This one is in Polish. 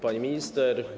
Pani Minister!